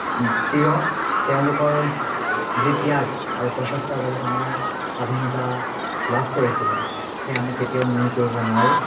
প্ৰিয় তেওঁলোকৰ যি ত্যাগ আৰু প্ৰচেষ্টাৰ বলত আমাৰ স্বাধীনতা লাভ কৰিছিলে সেয়া আমি কেতিয়াও নুই কৰিব নোৱাৰোঁঁ